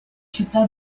città